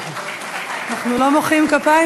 אנחנו לא מוחאים כפיים,